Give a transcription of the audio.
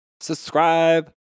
Subscribe